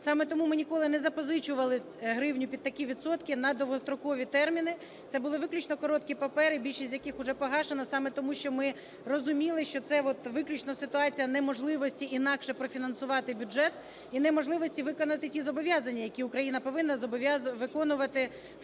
Саме тому ми ніколи не запозичували гривню під такі відсотки на довгострокові терміни. Це були виключно короткі папері, більшість з яких уже погашено саме тому, що ми розуміли, що це от виключно ситуація неможливості інакше профінансувати бюджет і неможливості виконати ті зобов'язання, які Україна повинна виконувати в